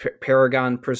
Paragon